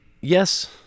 yes